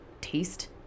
taste